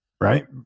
right